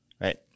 right